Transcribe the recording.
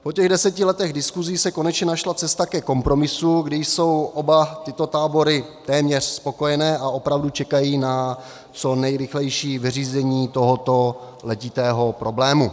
Po těch deseti letech diskusí se konečně našla cesta ke kompromisu, kdy jsou oba tyto tábory téměř spokojené a opravdu čekají na co nejrychlejší vyřízení tohoto letitého problému.